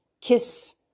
kiss